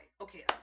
Okay